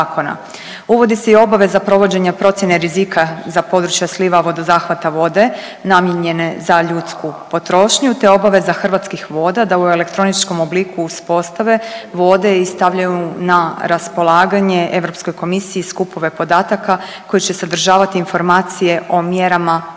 Uvodi se i obaveza provođenja procjene rizika za područja sliva vodozahvata vode namijenjene za ljudsku potrošnju te obaveza Hrvatskih voda da u elektroničkom obliku uspostave vode i stavljaju na raspolaganje Europskoj komisiji skupove podataka koji će sadržavati informacije o mjerama poduzetim